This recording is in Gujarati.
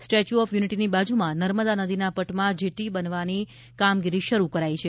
સ્ટેચ્યુ ઓફ યુનિટીની બાજુમાં નર્મદા નદીના પટમાં જેટ્ટી બનાવવાની કામગીરી શરૂ કરાઈ છે